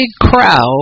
crowd